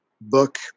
book